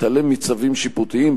התעלם מצווים שיפוטיים,